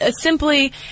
simply